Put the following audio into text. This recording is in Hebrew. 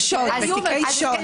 באיומים.